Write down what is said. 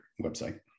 website